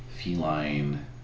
feline